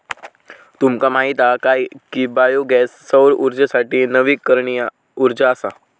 तुमका माहीत हा काय की बायो गॅस सौर उर्जेसारखी नवीकरणीय उर्जा असा?